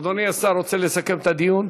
אדוני השר, רוצה לסכם את הדיון?